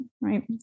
right